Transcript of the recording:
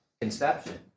conception